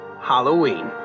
Halloween